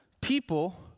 People